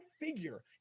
figure